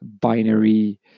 binary